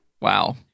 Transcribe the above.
Wow